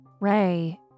Ray